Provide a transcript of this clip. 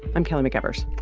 i'm kelly mcevers